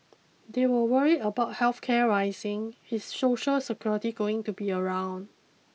they were worried about health care rising is social security going to be around